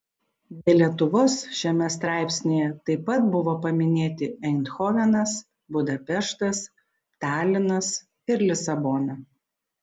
be lietuvos šiame straipsnyje taip pat buvo paminėti eindhovenas budapeštas talinas ir lisabona